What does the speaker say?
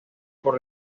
por